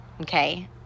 okay